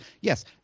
yes